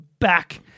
back